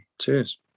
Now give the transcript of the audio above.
cheers